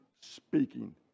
speaking